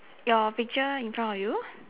your picture in front of you